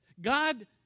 God